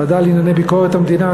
בוועדה לענייני ביקורת המדינה,